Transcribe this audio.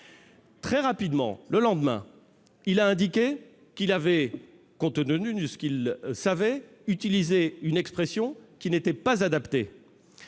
Très rapidement, le lendemain, il a indiqué que, compte tenu ce qu'il savait, il avait utilisé une expression qui n'était pas adaptée.